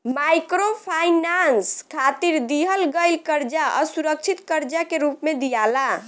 microfinance खातिर दिहल गईल कर्जा असुरक्षित कर्जा के रूप में दियाला